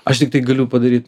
aš tiktai galiu padaryt